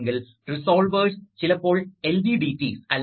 അതിനാൽ യഥാർത്ഥത്തിൽ ഇതാണ് ഇവിടെ സംഭവിക്കുന്നത്